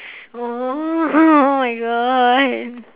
oh my god